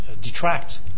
detract